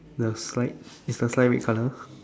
the slide is the slide red colour